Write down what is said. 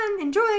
Enjoy